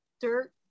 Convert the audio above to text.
dirt